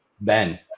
Ben